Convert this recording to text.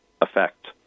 effect